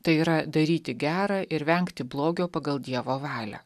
tai yra daryti gera ir vengti blogio pagal dievo valią